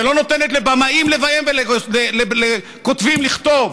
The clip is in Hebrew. שלא נותנת לבמאים לביים ולכותבים לכתוב